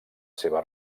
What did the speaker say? seva